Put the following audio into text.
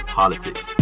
politics